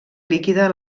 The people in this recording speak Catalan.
líquida